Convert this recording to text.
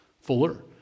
Fuller